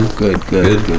good, good,